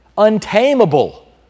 untamable